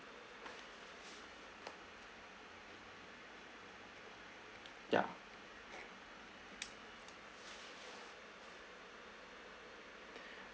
ya